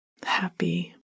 happy